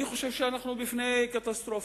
אני חושב שאנחנו עומדים בפני קטסטרופה.